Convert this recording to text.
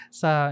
sa